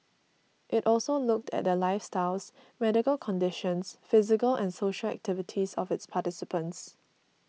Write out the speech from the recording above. it also looked at the lifestyles medical conditions physical and social activities of its participants